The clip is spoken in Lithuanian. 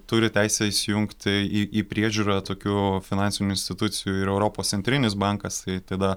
turi teisę įsijungti į į priežiūrą tokių finansinių institucijų ir europos centrinis bankas tada